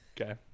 Okay